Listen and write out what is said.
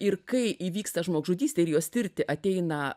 ir kai įvyksta žmogžudystė ir jos tirti ateina